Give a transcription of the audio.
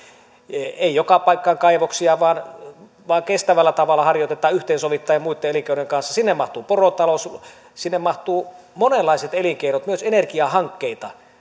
ei joka paikkaan kaivoksia vaan vaan kestävällä tavalla harjoitetaan yhteensovittaen niitä muitten elinkeinojen kanssa sinne mahtuu porotalous sinne mahtuvat monenlaiset elinkeinot myös energiahankkeita